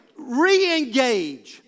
Reengage